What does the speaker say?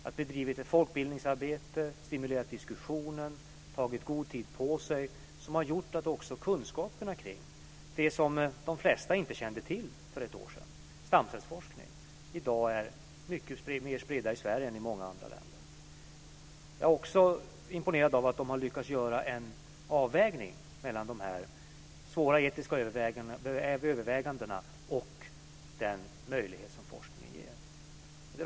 Man har bedrivit ett folkbildningsarbete, stimulerat diskussionen och man har tagit god tid på sig. Det har gjort att kunskaperna kring det som de flesta inte kände till för ett år sedan, stamcellsforskning, i dag är mycket mer spridda i Sverige än i många andra länder. Jag är också imponerad över att Vetenskapsrådet har lyckats att göra en avvägning mellan de svåra etiska övervägandena och den möjlighet som forskningen ger.